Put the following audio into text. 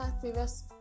previous